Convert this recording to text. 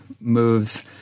moves